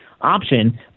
option